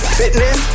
fitness